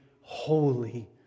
holy